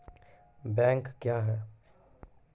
Bank क्या हैं?